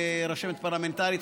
רשמת פרלמנטרית,